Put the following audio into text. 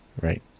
Right